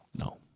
No